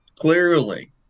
clearly